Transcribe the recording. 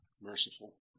Merciful